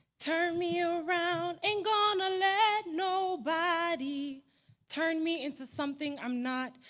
turn me around. ain't gonna let nobody turn me into something i'm not.